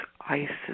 Isis